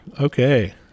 okay